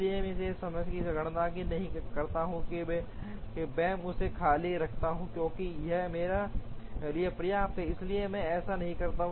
इसलिए मैं इस समय इसकी गणना नहीं करता हूं कि मैं बस इसे खाली रखता हूं क्योंकि यह मेरे लिए पर्याप्त है इसलिए मैं ऐसा नहीं करता